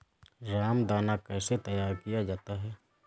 रामदाना कैसे तैयार किया जाता है?